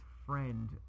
friend